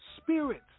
spirits